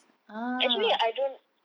actually I don't